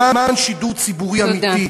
למען שידור ציבורי אמיתי.